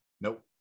Nope